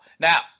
Now